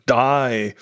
die